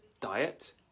diet